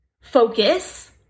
focus